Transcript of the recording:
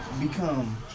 become